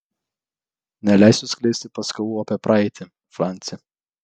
neleisiu skleisti paskalų apie praeitį franci